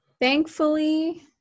Thankfully